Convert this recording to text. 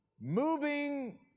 moving